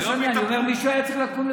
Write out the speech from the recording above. הם לא רואים כלום.